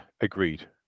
agreed